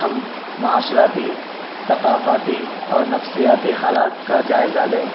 ہم معاشرتی ثقافتی اور نفسیاتی حالات کا جائزہ لیں